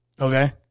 Okay